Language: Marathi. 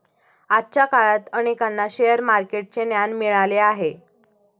आजच्या काळात अनेकांना शेअर मार्केटचे ज्ञान मिळाले आहे